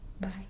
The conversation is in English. Bye